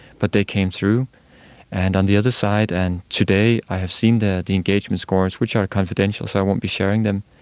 but they came through and on the other side. and today i have seen the the engagement scores, which are confidential so i won't be sharing them,